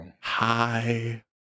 hi